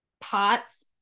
pots